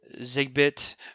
ZigBit